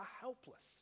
helpless